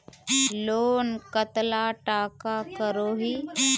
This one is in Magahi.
लोन कतला टाका करोही?